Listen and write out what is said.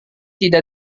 tidak